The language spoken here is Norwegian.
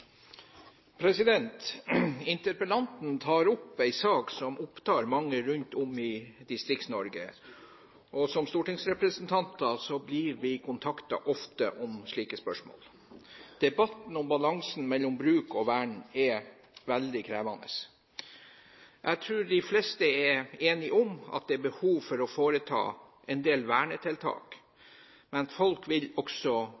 Interpellanten tar opp en sak som opptar mange rundt om i Distrikts-Norge, og som stortingsrepresentanter blir vi ofte kontaktet om slike spørsmål. Debatten om balansen mellom bruk og vern er veldig krevende. Jeg tror de fleste er enige om at det er behov for å foreta en del vernetiltak, men folk vil også